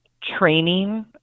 training